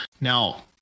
now